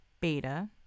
beta